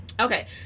okay